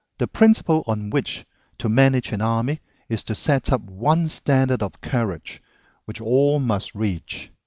the principle on which to manage an army is to set up one standard of courage which all must reach.